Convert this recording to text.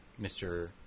Mr